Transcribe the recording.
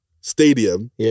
stadium